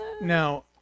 Now